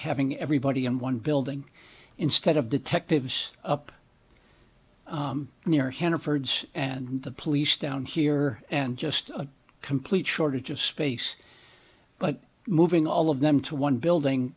having everybody in one building instead of detectives up near hannaford and the police down here and just a complete shortage of space but moving all of them to one building